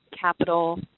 Capital